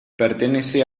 pertenece